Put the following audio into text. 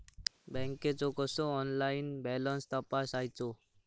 बँकेचो कसो online balance तपासायचो?